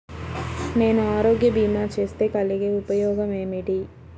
నేను ఆరోగ్య భీమా చేస్తే కలిగే ఉపయోగమేమిటీ?